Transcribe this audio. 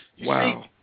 Wow